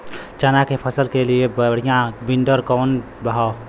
चना के फसल के लिए बढ़ियां विडर कवन ह?